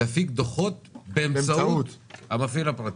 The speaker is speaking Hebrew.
תפיק דוחות באמצעות המפעיל הפרטי.